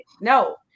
no